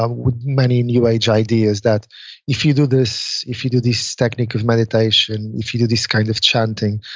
ah with many new age ideas that if you do this, if you do this technique of meditation, if you do this kind of chanting,